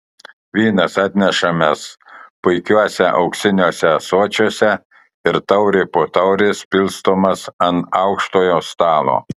vynas atnešamas puikiuose auksiniuose ąsočiuose ir taurė po taurės pilstomas ant aukštojo stalo